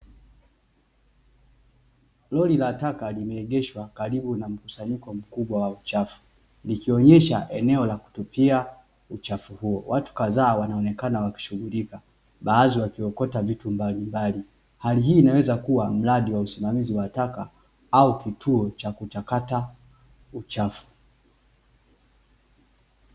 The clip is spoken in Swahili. Lori la taka limeegeshwa karibu na mkusanyiko mkubwa wa uchafu, likionyesha eneo la kutupia uchafu huo. Watu kadhaa wanaonekana wakishughulika, baadhi wakiokota vitu mbalimbali. Hali hii inaweza kuwa mradi wa usimamizi wa taka au kituo cha kuchakata uchafu.